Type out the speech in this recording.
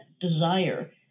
desire